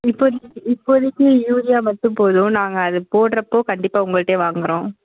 இப்போதிக்கு இப்போதிக்கு யூரியா மட்டும் போதும் நாங்கள் அது போடுறப்போ கண்டிப்பாக உங்கள்கிட்டே வாங்குறோம்